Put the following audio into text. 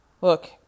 Look